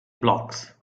blocks